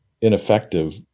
ineffective